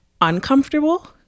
uncomfortable